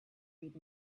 read